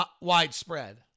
widespread